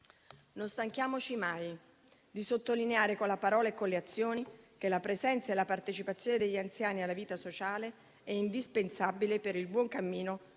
Non stanchiamoci mai di sottolineare - con la parola e con le azioni - che la presenza e la partecipazione degli anziani alla vita sociale è indispensabile per il buon cammino